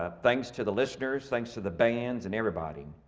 ah thanks to the listeners, thanks to the bands and everybody.